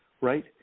right